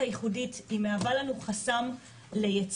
שיפנו למישהו אחר, שימחקו את המספר שלי